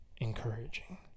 encouraging